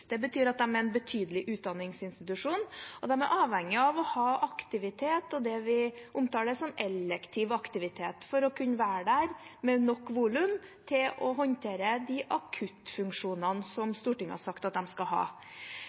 Det betyr at de er en betydelig utdanningsinstitusjon, og de er avhengig av å ha aktivitet og det vi omtaler som elektiv aktivitet, for å kunne være der med nok volum til å håndtere de akuttfunksjonene som Stortinget har sagt at de skal ha.